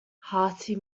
hearty